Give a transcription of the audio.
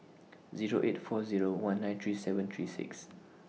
Zero eight four Zero one nine three seven three six